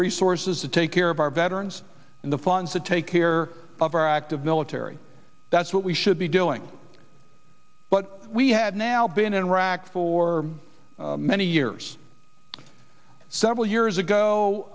resources to take care of our veterans and the funds to take care of our active military that's what we should be doing but we had now been in iraq for many years several years